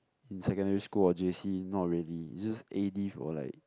in secondary school or J_C not really it's just A Div or like